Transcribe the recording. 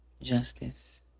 justice